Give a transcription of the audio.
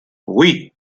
oui